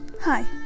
Hi